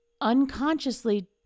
unconsciously